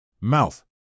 Mouth